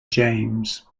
james